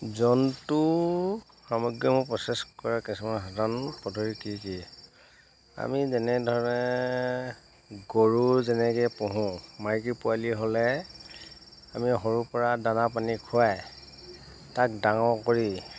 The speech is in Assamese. জন্তুৰ সামগ্ৰীসমূহ প্ৰচেছ কৰাৰ কিছুমান সাধাৰণ পদ্ধতি কি কি আমি যেনেধৰণে গৰু যেনেকে পোহোঁ মাইকী পোৱালি হ'লে আমি সৰুৰ পৰা দানা পানী খুৱাই তাক ডাঙৰ কৰি